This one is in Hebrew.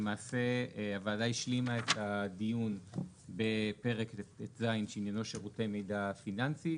למעשה הוועדה השלימה את הדיון בפרק ט"ז שעניינו שירותי מידע פיננסי.